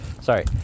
Sorry